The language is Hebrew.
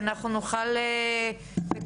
שאנחנו נוכל בקרוב,